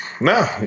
no